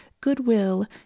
goodwill